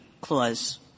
clause